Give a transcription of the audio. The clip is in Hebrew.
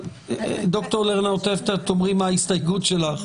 ד"ר לרנאו, תיכף תאמרי מה ההסתייגות שלך.